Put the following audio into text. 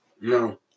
no